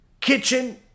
kitchen